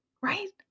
Right